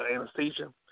Anesthesia